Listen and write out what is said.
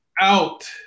out